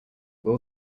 will